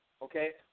Okay